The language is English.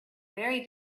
very